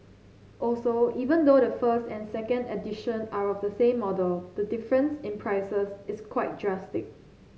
also even though the first and second edition are of the same model the difference in prices is quite drastic